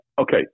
Okay